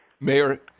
Mayor